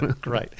Great